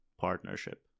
partnership